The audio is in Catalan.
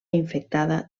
infectada